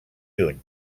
juny